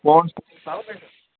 ओह्